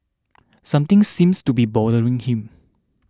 something seems to be bothering him